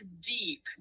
deep